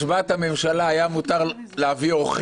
לפיה הממשלה היתה רשאית להכריז על הסמכת